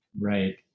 Right